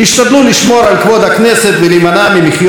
השתדלו לשמור על כבוד הכנסת ולהימנע ממחיאות